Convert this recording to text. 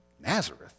Nazareth